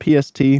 PST